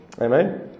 Amen